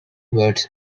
words